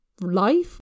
life